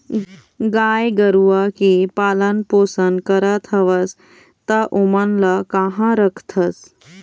गाय गरुवा के पालन पोसन करत हवस त ओमन ल काँहा रखथस?